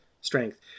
strength